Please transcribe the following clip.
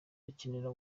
bakenera